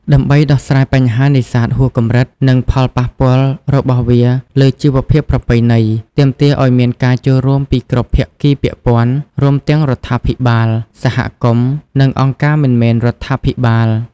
ដើម្បីដោះស្រាយបញ្ហានេសាទហួសកម្រិត និងផលប៉ះពាល់របស់វាលើជីវភាពប្រពៃណី ទាមទារឱ្យមានការចូលរួមពីគ្រប់ភាគីពាក់ព័ន្ធ រួមទាំងរដ្ឋាភិបាល សហគមន៍ និងអង្គការមិនមែនរដ្ឋាភិបាល។